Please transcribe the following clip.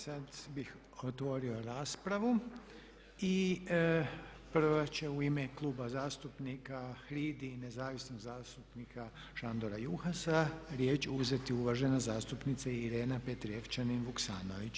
Sad bih otvorio raspravu i prva će u ime Kluba zastupnika HRID-i i nezavisnog zastupnika Šandora Juhasa riječ uzeti uvažena zastupnica Irena Petrijevčanin Vuksanović.